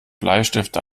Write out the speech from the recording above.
bleistifte